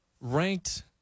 ranked